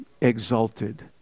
Exalted